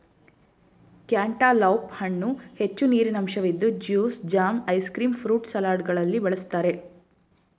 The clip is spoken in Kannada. ಕ್ಯಾಂಟ್ಟಲೌಪ್ ಹಣ್ಣು ಹೆಚ್ಚು ನೀರಿನಂಶವಿದ್ದು juice, jam, ice cream, fruit ಸಲಾಡ್ಗಳಲ್ಲಿ ಬಳ್ಸತ್ತರೆ